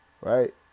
Right